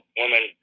woman